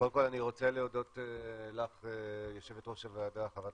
קודם כל אני רוצה להודות לך יו"ר הוועדה, ח"כ